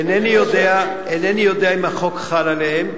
אינני יודע אם החוק חל עליהם,